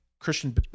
Christian